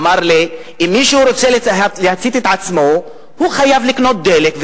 אמר לי: אם מישהו רוצה להצית את עצמו הוא חייב לקנות דלק,